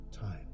time